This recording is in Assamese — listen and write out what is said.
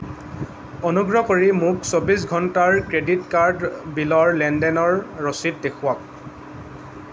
অনুগ্ৰহ কৰি মোক চৌবিছ ঘণ্টাৰ ক্ৰেডিট কাৰ্ডচ বিলৰ লেনদেনৰ ৰচিদ দেখুৱাওক